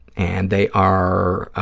and they are,